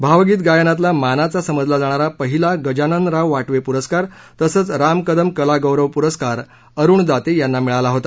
भावगीत गायनातला मानाचा समजला जाणारा पहिला गजाननराव वाटवे पुरस्कार तसंच रामकदम कला गौरव पुरस्कार अरुण दाते यांना मिळाला होता